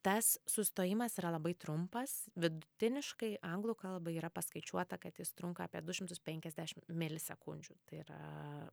tas sustojimas yra labai trumpas vidutiniškai anglų kalbai yra paskaičiuota kad jis trunka apie du šimtus penkiasdešim milisekundžių tai yra